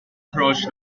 approach